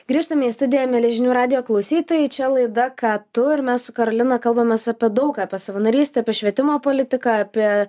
grįžtame į studiją mieli žinių radijo klausytojai čia laida ką tu ir mes su karolina kalbamės apie daug ką apie savanorystę apie švietimo politiką apie